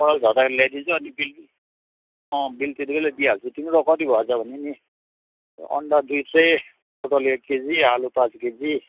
ओह्रालो झर्दाखेरि ल्याइदिन्छु अनि बिल अँ बिल त्यति बेलै दिइहाल्छु तिम्रो कति भए रहेछ भने नि यो अन्डा दुई ट्रे पोटल एक केजी आलु पाँच केजी